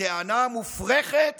בטענה המופרכת